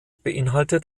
beinhaltet